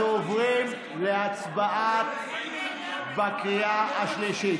אנחנו עוברים להצבעה בקריאה השלישית.